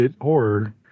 horror